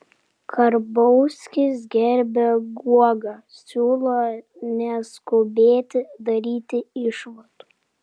karbauskis gerbia guogą siūlo neskubėti daryti išvadų